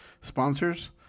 sponsors